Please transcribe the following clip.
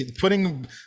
Putting